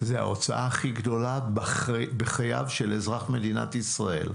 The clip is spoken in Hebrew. זו ההוצאה הכי גדולה בחייו של אזרח מדינת ישראל.